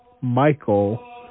Michael